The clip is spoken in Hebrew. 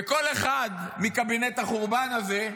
וכל אחד מקבינט החורבן הזה,